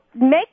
make